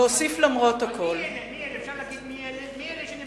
ואוסיף, למרות הכול, מי אלה, אפשר לשאול מי אלה?